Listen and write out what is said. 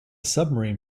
submarine